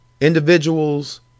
Individuals